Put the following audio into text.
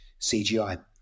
CGI